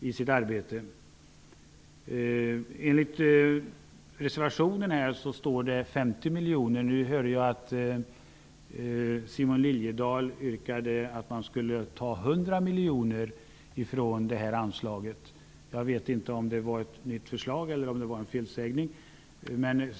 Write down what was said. I reservationen står det 50 miljoner. Jag hörde att Simon Liliedahl yrkade att man skulle ta 100 miljoner från det anslaget. Jag vet inte om det var ett nytt förslag eller om det var en felsägning.